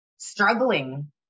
Struggling